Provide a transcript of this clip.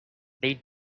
they